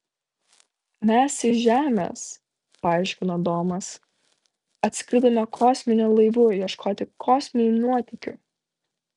mes iš žemės paaiškino domas atskridome kosminiu laivu ieškoti kosminių nuotykių